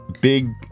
big